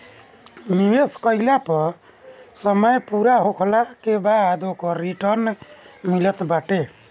निवेश कईला पअ समय पूरा होखला के बाद ओकर रिटर्न मिलत बाटे